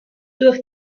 durch